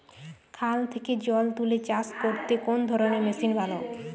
খাল থেকে জল তুলে চাষ করতে কোন ধরনের মেশিন ভালো?